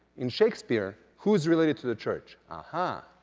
in shakespeare, who is related to the church? aha,